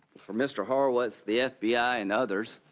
for mr. horowitz, the f b i. and others,